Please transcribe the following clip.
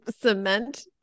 cement